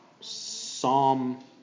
Psalm